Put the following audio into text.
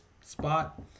spot